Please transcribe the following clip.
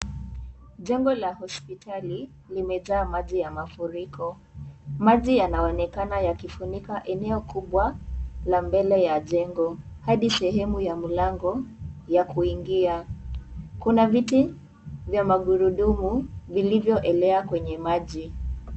Jengo la hospitali limejaa maji ya mafuriko. Maji yanaonekana yakifunika eneo kubwa la mbele ya jengo hadi sehemu ya mlango ya kuingia. Kuna viti vya magurudumu vilivyoelea kwenye maji.